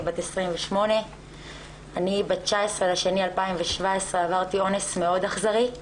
אני בת 28. ב-19 בפברואר 2017 עברתי אונס מאוד אכזרי.